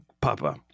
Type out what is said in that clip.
Papa